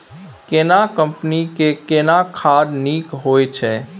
केना कंपनी के केना खाद नीक होय छै?